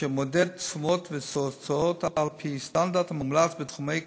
אשר מודד תשומות ותוצאות על-פי הסטנדרט המומלץ בתחומי כוח-האדם,